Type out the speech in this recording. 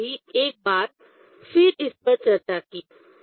मैंने अभी एक बार फिर इस पर चर्चा की